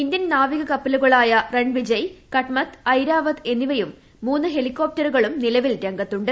Indian നാവിക കപ്പലുകളായ റൺവിജയ് കട്മത്ത് ഐരാവത് എന്നിവയും മൂന്ന് ഹെലികോപ്റ്ററുകളും നിലവിൽ രംഗത്തുണ്ട്